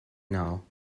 now